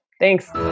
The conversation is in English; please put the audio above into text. thanks